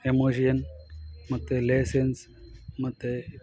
emotion ಮತ್ತೆ licence ಮತ್ತೆ